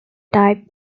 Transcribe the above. type